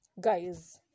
Guys